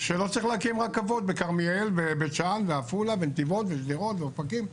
שלא צריך להקים רכבות בכרמיאל ובית שאן ועפולה ונתיבות ושדרות ואופקים,